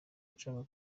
nshaka